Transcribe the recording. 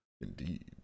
Indeed